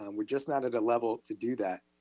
um we're just not at a level to do that.